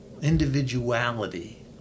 individuality